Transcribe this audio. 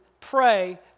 pray